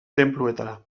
tenpluetara